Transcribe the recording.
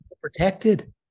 protected